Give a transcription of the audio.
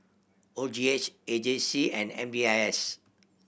O G H A J C and M B I S